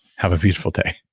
have a beautiful day